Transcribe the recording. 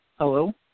Hello